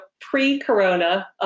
pre-corona